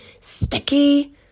sticky